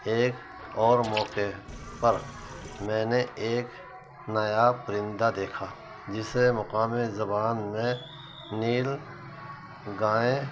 ایک اور موقع پر میں نے ایک نایاب پرندہ دیکھا جسے مقامی زبان میں نیل گائیں